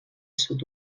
sud